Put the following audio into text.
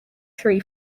three